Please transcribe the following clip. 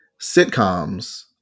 Sitcoms